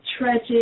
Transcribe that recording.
tragic